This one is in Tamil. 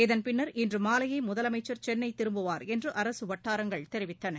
இதன்பின்னர் இன்று மாலையே முதலமைச்சர் சென்னை திரும்புவார் என்று அரசு வட்டாரங்கள் தெரிவித்தன